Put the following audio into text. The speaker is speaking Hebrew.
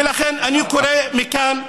ולכן אני קורא מכאן,